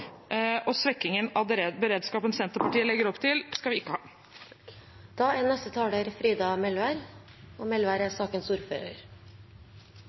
og svekkingen av beredskapen Senterpartiet legger opp til, skal vi ikke